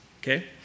okay